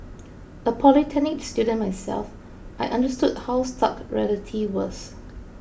a polytechnic student myself I understood how stark reality was